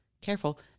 careful